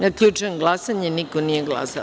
Zaključujem glasanje: niko nije glasao.